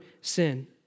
sin